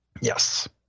Yes